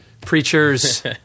preacher's